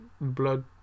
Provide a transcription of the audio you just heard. blood